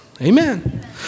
amen